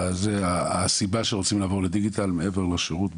שהסיבה שרוצים לעבור לדיגיטל מעבר לשירות,